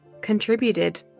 contributed